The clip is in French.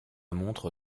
montre